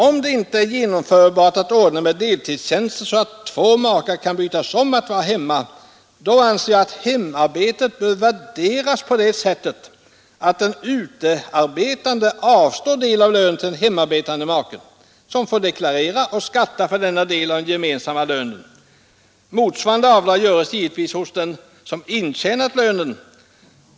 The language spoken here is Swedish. Om det inte är genomförbart att ordna med deltidstjänster så att två makar kan bytas om att vara hemma, anser jag att hemarbetet bör värderas på det sättet att den som arbetar utom hemmet avstår en del av lönen till den hemarbetande maken, som får deklarera och skatta för denna del av den gemensamma inkomsten. Motsvarande avdrag görs givetvis hos den som intjänat lönen.